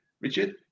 Richard